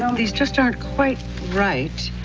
these just aren't quite right.